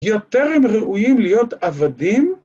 ‫יותר הם ראויים להיות עבדים?